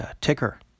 ticker